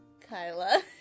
Kyla